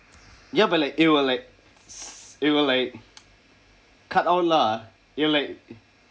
ya but like it will like cut out lah it will like